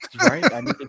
Right